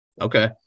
Okay